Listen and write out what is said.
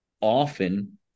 often